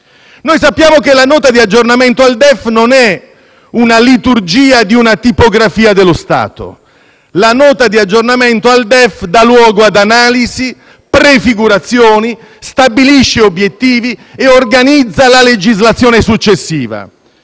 Noi sappiamo che la Nota di aggiornamento del DEF non è la liturgia di una tipografia dello Stato. La Nota di aggiornamento al DEF dà luogo ad analisi e prefigurazioni, stabilisce obiettivi e organizza la legislazione successiva.